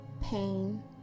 pain